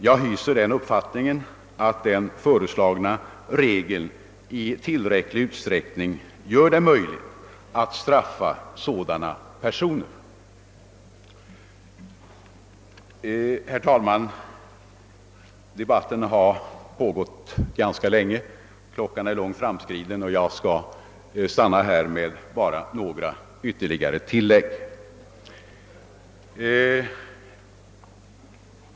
Jag hyser den uppfattningen att den föreslagna regeln i tillräcklig utsträckning gör det möjligt att straffa sådana personer. Herr talman! Debatten har pågått ganska länge, tiden är långt framskriden och jag skall endast göra några tillägg.